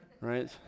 right